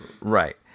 Right